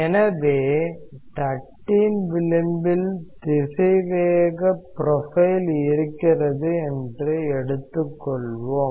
எனவே தட்டின் விளிம்பில் திசைவேக ப்ரொபைல் இருக்கிறது என்று எடுத்துக்கொள்வோம்